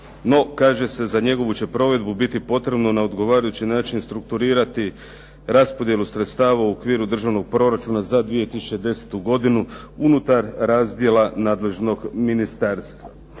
No, kaže se za njegovu će provedbu biti potrebno na odgovarajući način strukturirati raspodjelu sredstava u okviru Državnog proračuna za 2010. godinu unutar razdjela nadležnog ministarstva.